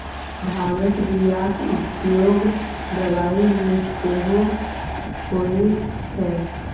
भांगक बियाक उपयोग दबाई मे सेहो होए छै